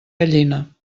gallina